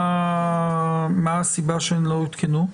מה הסיבה שהן לא הותקנו?